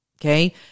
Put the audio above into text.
Okay